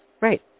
Right